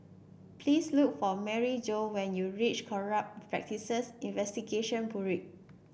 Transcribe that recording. please look for Maryjo when you reach Corrupt Practices Investigation Bureau